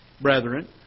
brethren